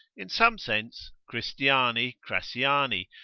in some sense, christiani crassiani,